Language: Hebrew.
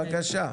בבקשה.